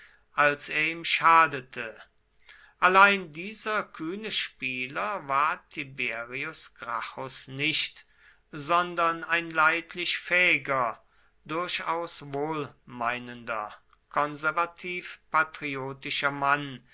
als er ihm schadete allein dieser kühne spieler war tiberius gracchus nicht sondern ein leidlich fähiger durchaus wohlmeinender konservativ patriotischer mann